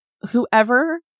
whoever